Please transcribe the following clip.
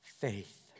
faith